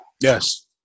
Yes